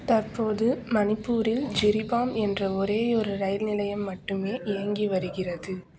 தற்போது மணிப்பூரில் ஜிரிபாம் என்ற ஒரேயொரு ரயில் நிலையம் மட்டுமே இயங்கி வருகிறது